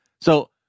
So-